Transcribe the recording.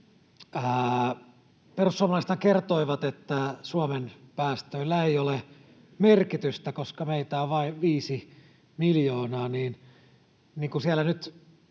Perussuomalaisethan kertoivat, että Suomen päästöillä ei ole merkitystä, koska meitä on vain viisi miljoonaa.